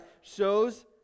shows